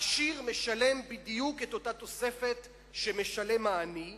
העשיר משלם בדיוק את אותה תוספת שמשלם העני,